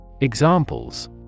Examples